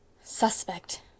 Suspect